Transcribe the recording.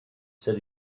said